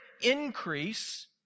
increase